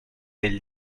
del